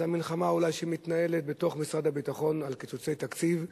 אז אולי המלחמה שמתנהלת בתוך משרד הביטחון על קיצוצי תקציב,